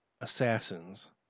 assassins